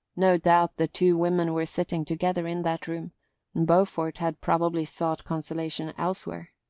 no doubt the two women were sitting together in that room beaufort had probably sought consolation elsewhere.